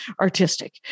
artistic